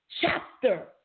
chapter